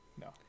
No